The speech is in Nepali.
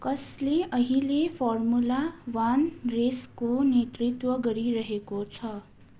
कसले अहिले फर्मुला वान रेसको नेतृत्व गरिरहेको छ